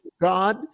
god